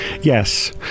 Yes